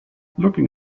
looking